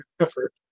effort